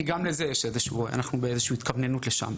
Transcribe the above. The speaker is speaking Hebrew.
כי אנחנו באיזו שהיא התכווננות גם לשם.